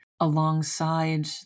alongside